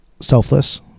Selfless